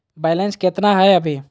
Balance केतना हय अभी?